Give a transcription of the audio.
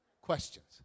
Questions